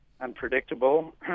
unpredictable